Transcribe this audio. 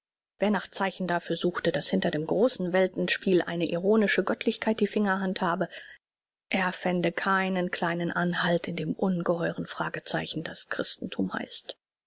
wer nach zeichen dafür suchte daß hinter dem großen welten spiel eine ironische göttlichkeit die finger handhabe er fände keinen kleinen anhalt in dem ungeheuren fragezeichen das christentum heißt